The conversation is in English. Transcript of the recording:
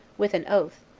with an oath,